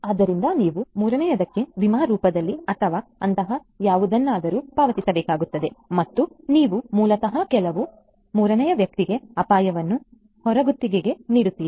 ಆದ್ದರಿಂದ ನೀವು ಮೂರನೆಯ ದೇಹಕ್ಕೆ ವಿಮಾ ರೂಪದಲ್ಲಿ ಅಥವಾ ಅಂತಹ ಯಾವುದನ್ನಾದರೂ ಪಾವತಿಸಬೇಕಾಗುತ್ತದೆ ಮತ್ತು ನೀವು ಮೂಲತಃ ಕೆಲವು ಮೂರನೇ ವ್ಯಕ್ತಿಗೆ ಅಪಾಯವನ್ನು ಹೊರಗುತ್ತಿಗೆ ನೀಡುತ್ತೀರಿ